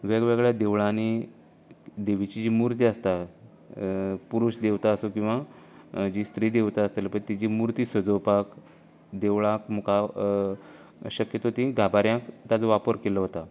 वेगवेगळ्यां देवळांनी देवीची जी मुर्ती आसता पुरुश देवता आसूं किंवां जी श्री देवता आसता तेची मुर्ती सजोवपाक देवळांक मुखार शक्यतो ती गाभाऱ्यांत तेचो वापर केल्लो वता